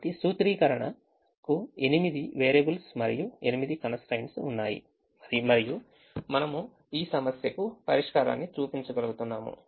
కాబట్టి సూత్రీకరణ కు ఎనిమిది వేరియబుల్స్ మరియు ఎనిమిది constraints ఉన్నాయి మరియు మనము ఈ సమస్యకు పరిష్కారాన్ని చూపించగలుగుతున్నాము